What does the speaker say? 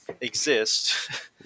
exist